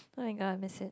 no you gonna miss it